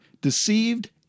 deceived